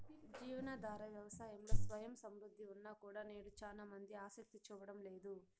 జీవనాధార వ్యవసాయంలో స్వయం సమృద్ధి ఉన్నా కూడా నేడు చానా మంది ఆసక్తి చూపడం లేదు